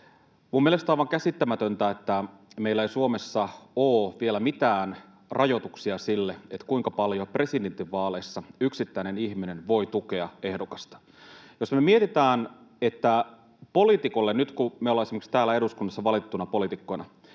Minun mielestäni on aivan käsittämätöntä, että meillä ei Suomessa ole vielä mitään rajoituksia sille, kuinka paljon presidentinvaaleissa yksittäinen ihminen voi tukea ehdokasta. Jos me mietitään, että kun me ollaan esimerkiksi täällä eduskunnassa valittuina poliitikkoina,